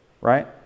right